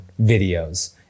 videos